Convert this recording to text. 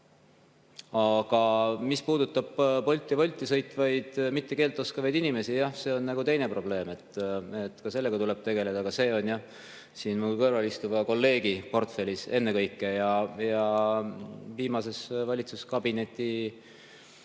Aga mis puudutab Bolti ja Wolti sõitvaid keelt mitte oskavaid inimesi, jah, see on teine probleem. Ka sellega tuleb tegeleda, aga see on siin minu kõrval istuva kolleegi portfellis ennekõike ja viimasel valitsuskabineti